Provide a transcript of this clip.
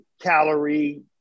calorie